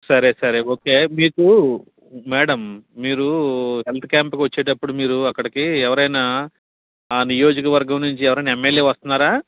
సరే సరే ఓకే మీకు మేడం మీరూ హెల్త్ క్యాంప్కు వచ్చేటప్పుడు మీరు అక్కడికి ఎవరైనా ఆ నియోజకవర్గం నుంచి ఎవరన్నా ఎం ఎల్ ఏ వస్తున్నారా